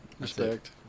Respect